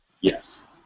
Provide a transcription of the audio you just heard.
Yes